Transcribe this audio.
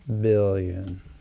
billion